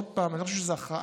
עוד פעם,